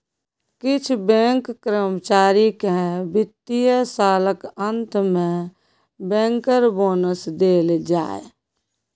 किछ बैंक कर्मचारी केँ बित्तीय सालक अंत मे बैंकर बोनस देल जाइ